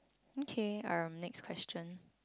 okay (urm) next question